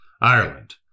Ireland